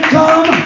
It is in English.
come